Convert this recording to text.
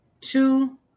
Two